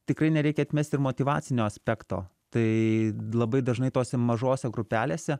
tikrai nereikia atmest ir motyvacinio aspekto tai labai dažnai tose mažose grupelėse